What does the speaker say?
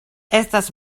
estas